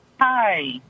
Hi